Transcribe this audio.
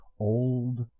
old